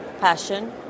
passion